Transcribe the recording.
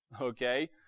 Okay